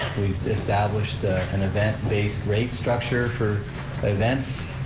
we've established an event-based rate structure for events.